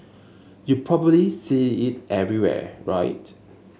you probably see it everywhere right